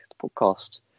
podcast